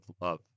love